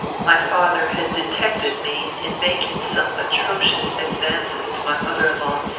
my father had detected me in making some atrocious advances to my mother-in-law,